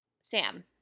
Sam